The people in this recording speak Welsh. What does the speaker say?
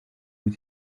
wyt